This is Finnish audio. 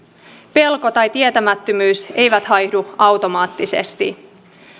pelko tai tietämättömyys eivät haihdu automaattisesti